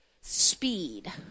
speed